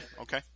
Okay